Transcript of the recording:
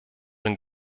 den